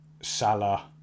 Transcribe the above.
Salah